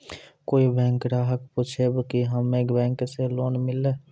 कोई बैंक ग्राहक पुछेब की हम्मे बैंक से लोन लेबऽ?